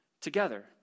together